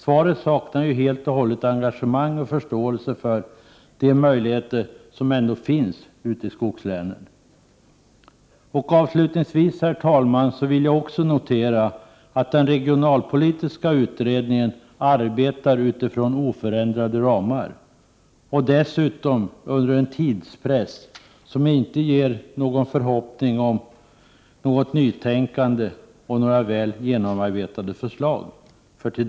Svaret saknar ju helt och hållet engagemang och förståelse för de möjligheter som ändock finns ute i skogslänen. Avslutningsvis, herr talman, vill jag också notera att den regionalpolitiska utredningen arbetar utifrån oförändrade ramar och dessutom under en tidspress som inte ger någon förhoppning om något nytänkande och om några väl genomarbetade förslag.